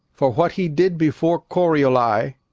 for what he did before corioli,